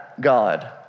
God